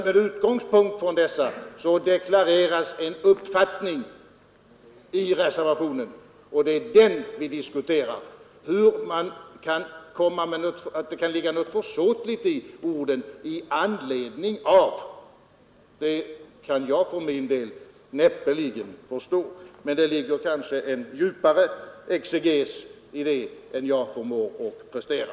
Med utgångspunkt från dessa deklareras en uppfattning i reservationen, och det är denna vi diskuterar. Att det skulle kunna ligga något försåtligt i orden ”i anledning av” kan jag för min del näppeligen förstå. Men det kanske ligger en djupare exeges i detta än jag förmår att prestera.